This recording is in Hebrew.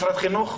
משרד החינוך?